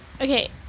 okay